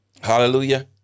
Hallelujah